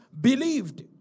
believed